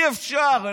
אי-אפשר.